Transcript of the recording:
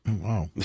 Wow